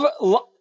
Love